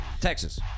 Texas